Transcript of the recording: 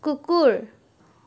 কুকুৰ